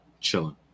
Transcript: chilling